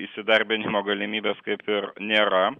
įsidarbinimo galimybės kaip ir nėra